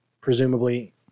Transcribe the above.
presumably